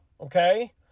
okay